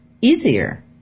easier